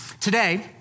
Today